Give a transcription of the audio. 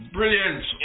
Brilliant